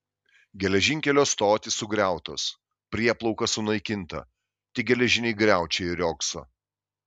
geležinkelio stotys sugriautos prieplauka sunaikinta tik geležiniai griaučiai riogso